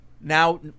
Now